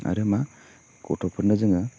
आरो मा गथ'फोरनो जोङो